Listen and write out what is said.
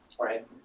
Right